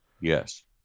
Yes